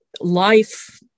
life